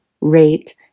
rate